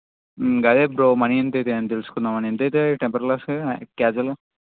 అదే bro money ఎంత అవుతుందని తెలుసుకుందామని ఎంత అవుతుంది టెంపర్గ్లాకి క్యాజువల్గా